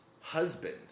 husband